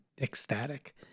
ecstatic